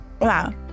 Wow